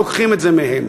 לוקחים את זה מהם.